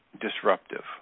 disruptive